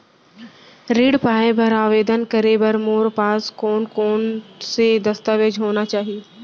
ऋण पाय बर आवेदन करे बर मोर पास कोन कोन से दस्तावेज होना चाही?